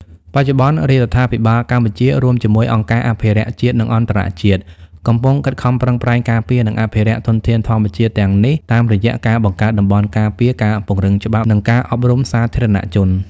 បច្ចុប្បន្ន រាជរដ្ឋាភិបាលកម្ពុជា រួមជាមួយអង្គការអភិរក្សជាតិ និងអន្តរជាតិ កំពុងខិតខំប្រឹងប្រែងការពារ និងអភិរក្សធនធានធម្មជាតិទាំងនេះតាមរយៈការបង្កើតតំបន់ការពារ ការពង្រឹងច្បាប់ និងការអប់រំសាធារណជន។